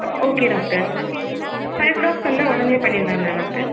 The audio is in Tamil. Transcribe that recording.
okay doctor five o'clock வந்தால் உடனே பண்ணிடலாம்ல டாக்டர்